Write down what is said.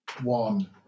One